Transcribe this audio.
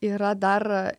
yra dar